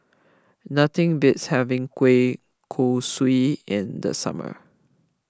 nothing beats having Kueh Kosui in the summer